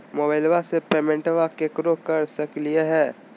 मोबाइलबा से पेमेंटबा केकरो कर सकलिए है?